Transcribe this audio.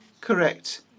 correct